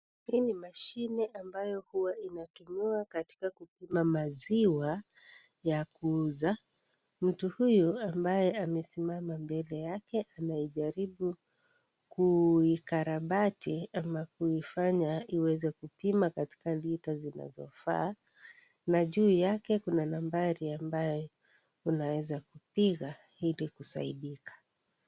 Hii ni mashine ambayo huwa inatumiwa katika kupimwa maziwa ya kuuza. Mtu huyu ambaye amesimama mbele yake, anaijaribu kuikarabati, ama kuifanya iweze kupima katika lita zinazofanana na juu yake kuna nambari ambayo, unaweza kupiga ili kusaidika.